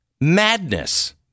madness